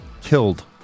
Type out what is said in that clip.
killed